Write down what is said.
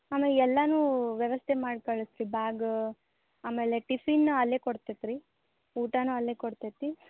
ಆಮ್ಯಾಗ ಎಲ್ಲನು ವ್ಯವಸ್ಥೆ ಮಾಡಿ ಕಳ್ಸಿ ರೀ ಬ್ಯಾಗ್ ಆಮೇಲೆ ಟಿಫಿನ್ ಅಲ್ಲೇ ಕೊಡ್ತೈತಿ ರೀ ಊಟಾನು ಅಲ್ಲೇ ಕೊಡ್ತೈತಿ